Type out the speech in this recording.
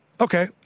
okay